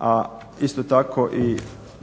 a isto tako i